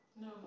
No